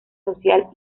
social